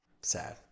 Sad